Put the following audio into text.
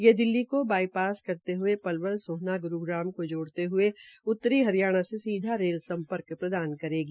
ये दिल्ली को बाइपास करते हये पलवल सोहना ग्रूग्राम को जोड़ते हये उत्तरी हरियाणा से सीधा रेल सम्पर्क प्रदान करेंगी